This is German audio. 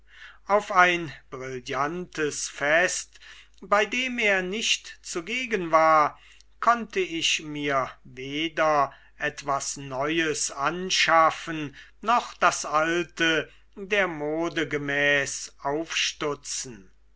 auf ein brillantes fest bei dem er nicht zugegen war konnte ich mir weder etwas neues anschaffen noch das alte der mode gemäß aufstutzen